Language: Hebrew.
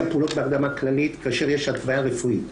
פעולות בהרדמה כללית כאשר יש התוויה רפואית.